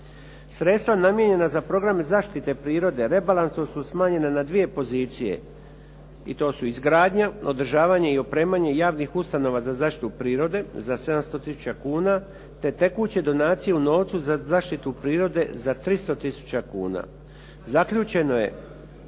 Sredstava namijenjena za program zaštite prirode rebalansom su smanjena na dvije pozicije, i to su izgradnja, održavanje i opremanje javnih ustanova za zaštitu prirode za 700 tisuća kuna, te tekuće donacije u novcu za zaštitu prirode za 300 tisuća kuna. Zaključeno je